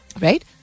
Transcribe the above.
Right